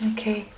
Okay